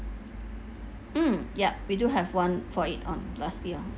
mm yup we do have one for it on last year